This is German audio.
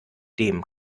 dem